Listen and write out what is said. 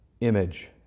image